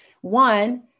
One